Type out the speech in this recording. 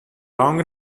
long